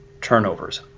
turnovers